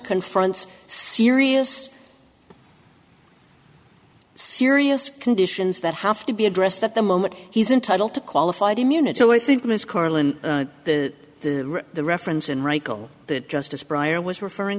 confronts serious serious conditions that have to be addressed at the moment he's entitled to qualified immunity so i think ms carlin the the the reference and reichel that justice pryor was referring